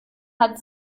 hat